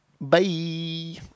Bye